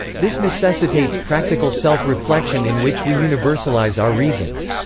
this necessitates practical self-reflection in which we universalize our reasons.